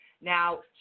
Now